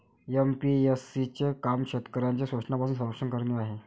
APMC चे काम शेतकऱ्यांचे शोषणापासून संरक्षण करणे आहे